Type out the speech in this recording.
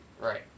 right